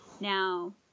Now